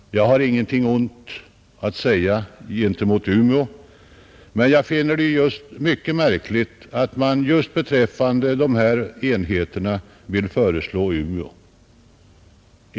Jag har ingenting ont att säga om Umeå, men jag finner det mycket märkligt att man just beträffande dessa enheter vill föreslå Umeå.